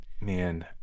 man